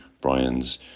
brian's